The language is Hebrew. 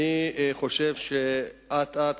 אני חושב שאט-אט,